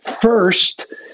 First